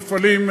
מפעלים,